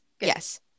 Yes